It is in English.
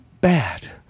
bad